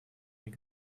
mehr